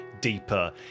deeper